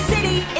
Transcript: City